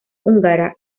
húngara